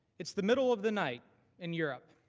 it's the middle of the night in europe.